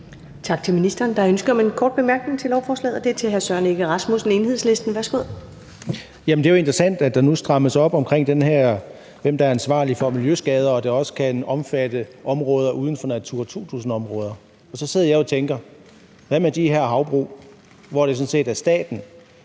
Tak til ministeren. Der er ønske om en kort bemærkning om lovforslaget, og det er hr. Søren Egge Rasmussen, Enhedslisten. Værsgo. Kl. 13:24 Søren Egge Rasmussen (EL): Det er jo interessant, at der nu strammes op omkring det her med, hvem der er ansvarlig for miljøskader, og at det også kan omfatte områder uden for Natura 2000-områder. Så sidder jeg jo og tænker: Hvad med de her havbrug, hvor det sådan set er staten,